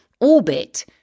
orbit